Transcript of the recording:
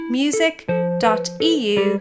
music.eu